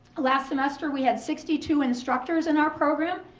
last semester we had sixty two instructors in our program,